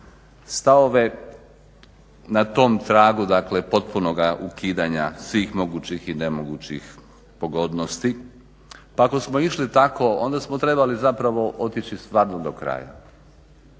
stavove na tom tragu dakle potpunoga ukidanja svih mogućih i nemogućih pogodnosti. Pa ako smo išli tako onda smo trebali zapravo otići stvarno do kraja.